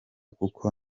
kuko